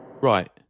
Right